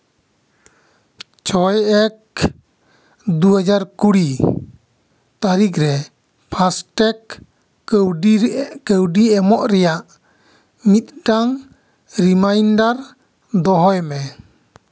ᱪᱷᱚᱭ ᱮᱠ ᱫᱩᱦᱟᱡᱟᱨ ᱠᱩᱲᱤ ᱛᱟᱹᱨᱤᱠᱷ ᱨᱮ ᱯᱷᱟᱥᱴᱮᱠ ᱠᱟᱹᱣᱰᱤᱨᱮ ᱠᱟᱹᱣᱰᱤ ᱮᱢᱚᱜ ᱨᱮᱭᱟᱜ ᱢᱤᱫᱴᱟᱝ ᱨᱤᱢᱟᱭᱤᱱᱰᱟᱨ ᱫᱚᱦᱚᱭ ᱢᱮ